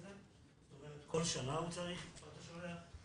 כל שנה זה צריך להתעדכן?